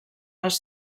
les